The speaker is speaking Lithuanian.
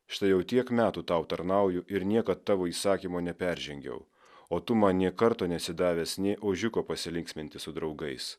štai jau tiek metų tau tarnauju ir niekad tavo įsakymo neperžengiau o tu man nė karto nesi davęs nė ožiuko pasilinksminti su draugais